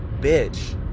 bitch